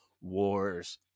Wars